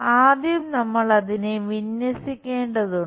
ആദ്യം നമ്മൾ അതിനെ വിന്യസിക്കേണ്ടതുണ്ട്